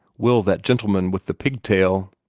will that gentleman with the pigtail!